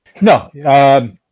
No